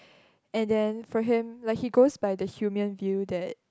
and then for him like he goes by the human view that